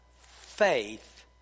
faith